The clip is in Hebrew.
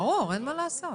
ברור לגמרי.